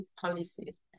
policies